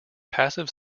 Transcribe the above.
passive